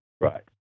Right